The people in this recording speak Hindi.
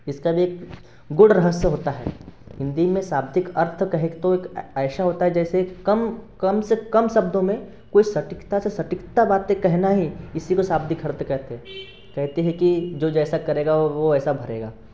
इसका भी एक गूढ़ रहस्य होता है हिंदी में शाब्दिक अर्थ कहें तो ऐसा होता है जैसे कम कम से कम शब्दों में कोई सटीकता से सटीकता बातें कहना ही इसी को शाब्दिक अर्थ कहते हैं कहते हैं कि जो जैसा करेगा वो वो ऐसा भरेगा